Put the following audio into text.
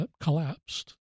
collapsed